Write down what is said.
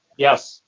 yes.